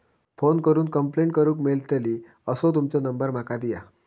Phone करून complaint करूक मेलतली असो तुमचो नंबर माका दिया?